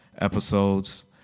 episodes